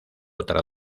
otra